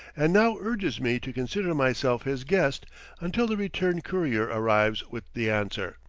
and now urges me to consider myself his guest until the return courier arrives with the answer.